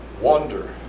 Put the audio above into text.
wonder